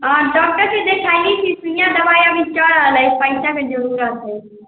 हाँ डॉक्टर से देखैली की पुरनियाँ दबाइ अभी चल रहलै पैसा के जरुरत हय